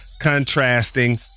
contrasting